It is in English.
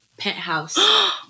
penthouse